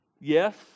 yes